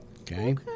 Okay